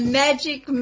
magic